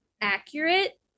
accurate